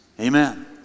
Amen